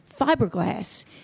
fiberglass